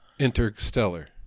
Interstellar